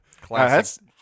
classic